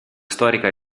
storica